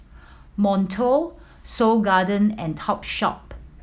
Monto Seoul Garden and Topshop